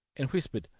and whispered,